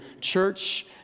church